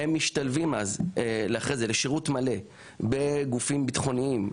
הם משתלבים אחרי זה לשירות מלא בגופים ביטחוניים,